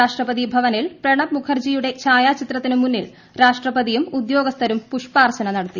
രാഷ്ട്രപതി ഭവനിൽ ശ്രീ പ്രണബ് മുഖർജിയുടെ ഛായാചിത്രത്തിന് മുന്നിൽ രാഷ്ട്രപതിയും ഉദ്യോഗസ്ഥരും പുഷ്പാർച്ചന നടത്തി